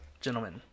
gentlemen